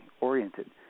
oriented